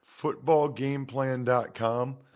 FootballGamePlan.com